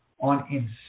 on